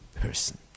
person